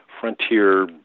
frontier